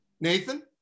Nathan